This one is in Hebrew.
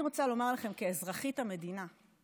אני רוצה לומר לכם, כאזרחית המדינה,